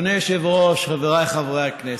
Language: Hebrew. אדוני היושב-ראש, חבריי חברי הכנסת,